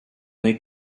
est